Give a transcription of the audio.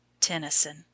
Tennyson